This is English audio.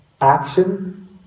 action